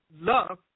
love